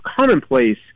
commonplace